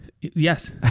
Yes